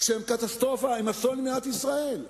שהם קטסטרופה, הם אסון למדינת ישראל.